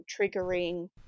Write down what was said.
triggering